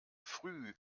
früh